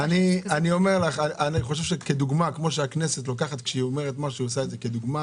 אני חושב שכפי שהכנסת כאשר היא אומרת משהו היא עושה את זה כדוגמה,